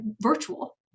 virtual